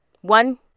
One